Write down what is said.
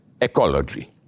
ecology